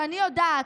שאני יודעת,